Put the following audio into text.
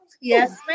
yes